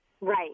Right